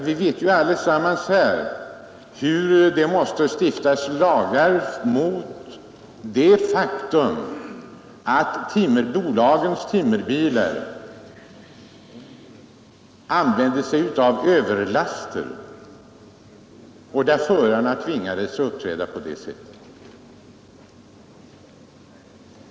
Vi vet allesammans hur det måste stiftas lagar mot de överlaster, som de stora timmerbolagen tvingade lastbilarnas förare att ta ombord.